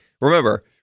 remember